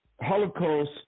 Holocaust